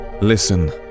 Listen